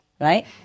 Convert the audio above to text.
right